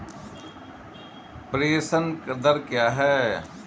प्रेषण दर क्या है?